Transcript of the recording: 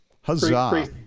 Huzzah